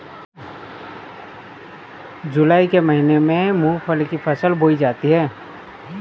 जूलाई के महीने में मूंगफली की फसल बोई जाती है